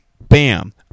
Bam